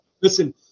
Listen